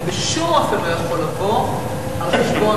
זה בשום אופן לא יכול לבוא על חשבון